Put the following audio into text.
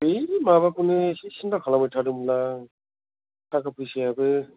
बै माबाखौनो इसे सिन्था खालामबाय थादोंमोन आं थाखा फैसायाबो